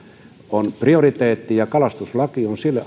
on prioriteetti ja kalastuslaki